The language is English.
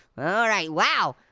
all right, wow.